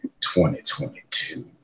2022